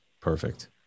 Perfect